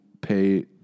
pay